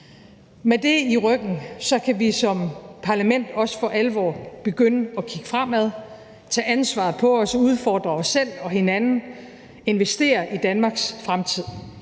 Med det i ryggen kan vi som parlament også for alvor begynde at kigge fremad, tage ansvaret på os, udfordre os selv og hinanden, investere i Danmarks fremtid.